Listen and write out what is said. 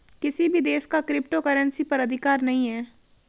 किसी भी देश का क्रिप्टो करेंसी पर अधिकार नहीं है